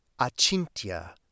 achintya